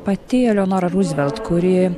pati eleonora ruzvelt kuri